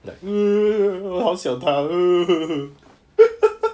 like 好像他